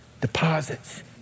Deposits